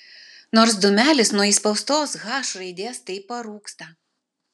nors dūmelis nuo įspaustos h raidės tai parūksta